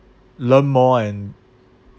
learn more and